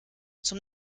zum